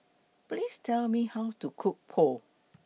Please Tell Me How to Cook Pho